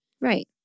Right